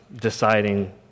deciding